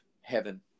heaven